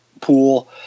pool